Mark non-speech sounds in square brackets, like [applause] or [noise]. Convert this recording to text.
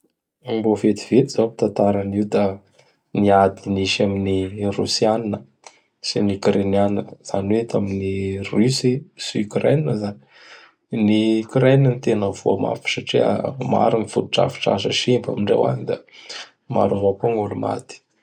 [noise] Mbô vetivety zao gn tantara nio da ny ady misy amin'i Rosianina sy ny Ukrainianina, zany hoe, tamin'i Russe sy Ukraine zany. [noise] Ny Ukraine n tena voamafy satria maro gn foto-drafitr'asa simba amindreo agn da maro avao gn'olo maty.